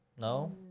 No